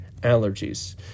allergies